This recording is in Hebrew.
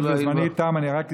זמני תם, אני רק אסכם.